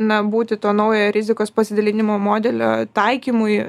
na būti to naujojo rizikos pasidalinimo modelio taikymui